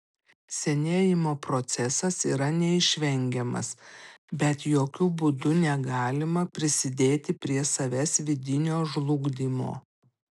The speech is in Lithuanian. senėjimo procesas yra neišvengiamas bet jokiu būdu negalima prisidėti prie savęs vidinio žlugdymo